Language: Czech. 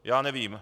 Já nevím.